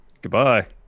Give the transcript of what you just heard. Goodbye